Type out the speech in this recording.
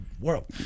world